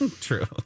True